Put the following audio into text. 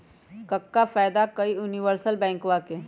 क्का फायदा हई यूनिवर्सल बैंकवा के?